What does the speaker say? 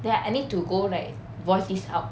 then I need to go like voice this out